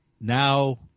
Now